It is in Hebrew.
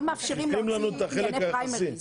לא מאפשרים להוציא ענייני פריימריז.